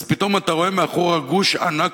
ואז פתאום אתה רואה מאחור גוש ענק